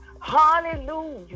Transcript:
Hallelujah